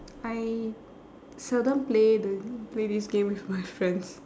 I seldom play the play this game with my friends